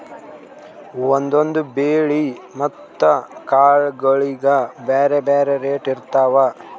ಒಂದೊಂದ್ ಬೆಳಿ ಮತ್ತ್ ಕಾಳ್ಗೋಳಿಗ್ ಬ್ಯಾರೆ ಬ್ಯಾರೆ ರೇಟ್ ಇರ್ತವ್